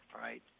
right